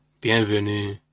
bienvenue